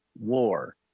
War